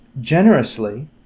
generously